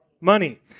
money